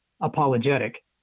apologetic